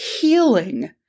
healing